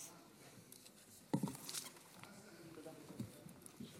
להצעתו של חבר הכנסת סעיד